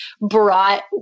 brought